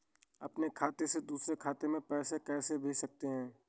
अपने खाते से दूसरे खाते में पैसे कैसे भेज सकते हैं?